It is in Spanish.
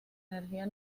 energía